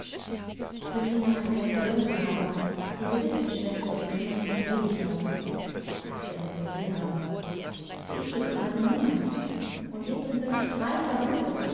für sie mag es keine bedeutung haben sie besitzen schwestern und kümmern sich wenig darum ob sie eine cousine haben ich jedoch hatte niemand und jetzt sind plötzlich drei verwandte